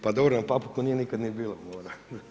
Pa dobro, na Papuku nije nikad ni bilo mora.